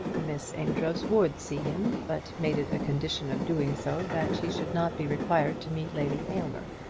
miss amedroz would see him, but made it a condition of doing so that she should not be required to meet lady aylmer.